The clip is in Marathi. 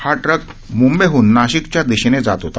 हा ट्रक म्बंईहन नाशिकच्या दिशेने जात होता